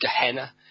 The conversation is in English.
Gehenna